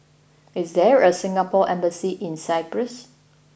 is there a Singapore Embassy in Cyprus